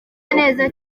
neza